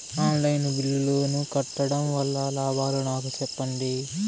On line బిల్లుల ను కట్టడం వల్ల లాభాలు నాకు సెప్పండి?